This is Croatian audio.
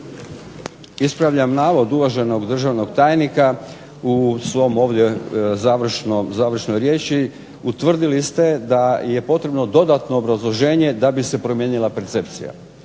Ispravljam navod uvaženog državnog tajnika, u svojoj ovdje završnoj riječi utvrdili ste da je potrebno dodatno obrazloženje da bi se promijenila percepcija.